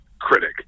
critic